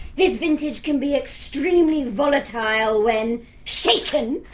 this vintage can be extremely volatile when shaken.